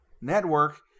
network